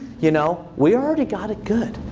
you know we already got it good.